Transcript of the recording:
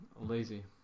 lazy